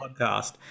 podcast